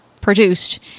produced